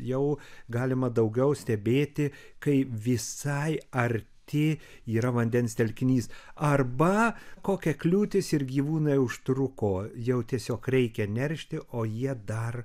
jau galima daugiau stebėti kai visai arti yra vandens telkinys arba kokia kliūtis ir gyvūnai užtruko jau tiesiog reikia neršti o jie dar